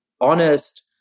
honest